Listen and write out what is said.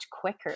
quicker